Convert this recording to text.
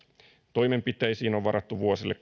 toimenpiteisiin on varattu vuosille